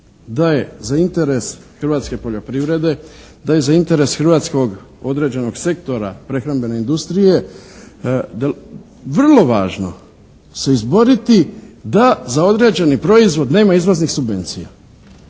da je za interes hrvatske poljoprivrede, da je za interes hrvatskog određenog sektora prehrambene industrije vrlo važno se izboriti da za određeni proizvod nema izvoznih subvencija.